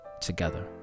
together